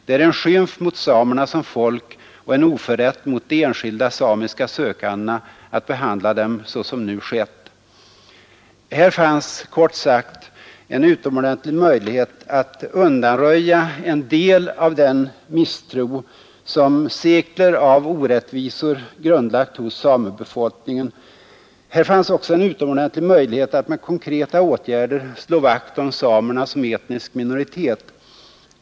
——— Det är en skymf mot samerna som folk och en oförrätt mot de enskilda samiska sökandena att behandla dem såsom nu skett.” Här fanns, kort sagt, en utomordentlig möjlighet att undanröja en del av den misstro som sekler av orättvisor grundlagt hos samebefolkningen. Här fanns också en utomordentlig möjlighet att med konkreta åtgärder slå vakt om samerna som etnisk minoritet.